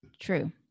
True